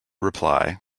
reply